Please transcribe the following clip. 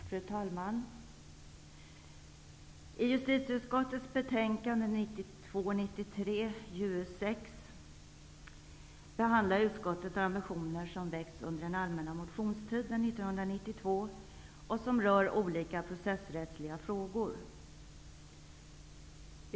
Fru talman! I justitieutskottets betänkande 1992/93:JuU6 behandlas motioner som har väckts under den allmänna motionstiden 1992 och som rör olika processrättsliga frågor.